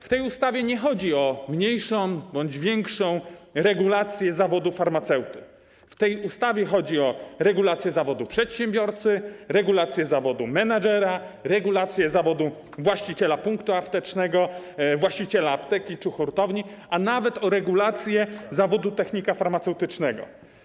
W tej ustawie nie chodzi o mniejszą bądź większą regulację zawodu farmaceuty, w tej ustawie chodzi o regulację zawodu przedsiębiorcy, regulację zawodu menedżera, regulację zawodu właściciela punktu aptecznego, właściciela apteki czy hurtowni, a nawet o regulację zawodu technika farmaceutycznego.